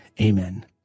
Amen